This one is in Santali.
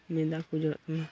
ᱢᱮᱸᱫᱼᱫᱟᱜ ᱠᱚ ᱡᱚᱨᱚᱜ ᱛᱟᱢᱟ